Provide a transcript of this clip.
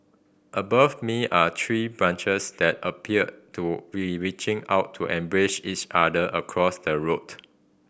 above me are tree branches that appear to be reaching out to embrace each other across the road